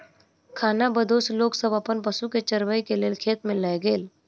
खानाबदोश लोक सब अपन पशु के चरबै के लेल खेत में लय गेल